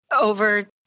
over